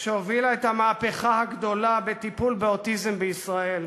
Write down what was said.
שהובילה את המהפכה הגדולה בטיפול באוטיזם בישראל,